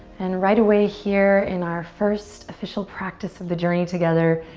and right away here in our first official practice of the journey together,